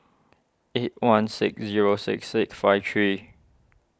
eight one six zero six six five three